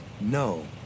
No